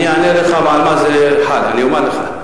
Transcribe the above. אני אענה לך על מה זה חל, אני אומר לך.